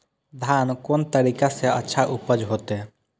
धान कोन तरीका से अच्छा उपज होते?